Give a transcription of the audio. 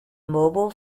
mobile